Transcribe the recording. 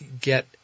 get